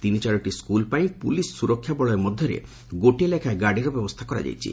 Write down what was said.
ତିନି ଚାରୋଟି ସ୍କୁଲ୍ ପାଇଁ ପୁଲିସ୍ ସୁରକ୍ଷା ବଳୟ ମଧରେ ଗୋଟିଏ ଲେଖାଏଁ ଗାଡ଼ିର ବ୍ୟବସ୍ରା କରାଯାଇଛି